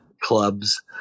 clubs